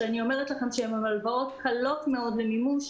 שהן הלוואות קלות מאוד למימוש,